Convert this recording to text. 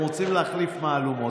אתם רוצים להחליף מהלומות,